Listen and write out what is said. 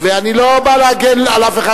ואני לא בא להגן על אף אחד,